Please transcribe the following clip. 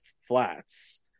flats